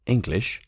English